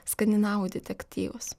skandinavų detektyvus